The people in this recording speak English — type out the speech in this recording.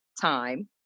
time